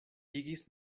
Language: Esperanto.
igis